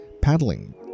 paddling